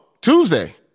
Tuesday